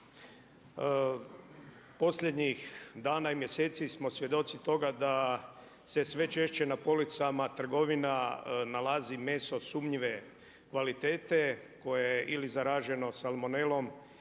Posljednjih dana i mjeseci smo svjedoci toga, da se sve češće na policama trgovina nalazi meso sumnjive kvalitete, koje je ili zaraženo salmonelom